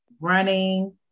running